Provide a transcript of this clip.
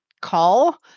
call